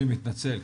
אני מתנצל,